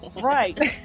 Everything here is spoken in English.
right